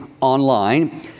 online